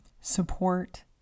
support